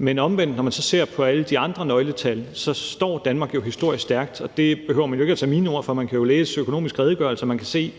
så omvendt ser på alle de andre nøgletal, kan man jo se, at Danmark står historisk stærkt, og der behøver man jo ikke kun at lytte til mine ord. Man kan jo læse økonomiske redegørelser. Man kan se